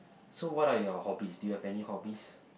so what are your hobbies do you have any hobbies